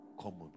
common